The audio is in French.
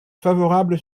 favorable